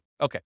Okay